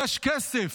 יש כסף: